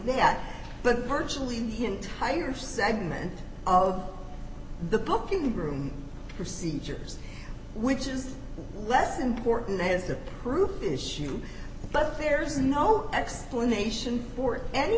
that but virtually the entire segment of the book in the room procedures which is less important as a proof issue but there is no explanation for any